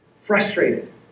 frustrated